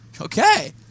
okay